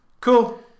Cool